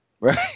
Right